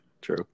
True